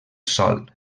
sòl